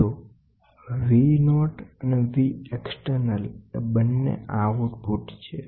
તો Vનોટ અને V એક્સટર્નલ એ બંન્ને આઉટપુટ છે